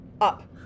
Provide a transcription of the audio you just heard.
up